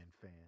fan